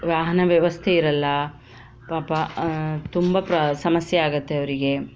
ವಾಹನ ವ್ಯವಸ್ಥೆ ಇರಲ್ಲ ಪಾಪ ತುಂಬ ಪ್ರ ಸಮಸ್ಯೆ ಆಗತ್ತೆ ಅವರಿಗೆ